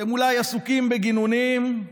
אתם אולי עסוקים בגינונים,